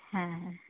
ᱦᱮᱸ ᱦᱮᱸ